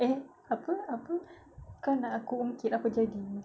eh apa apa kau nak aku ungkit apa jadi